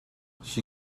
she